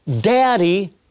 daddy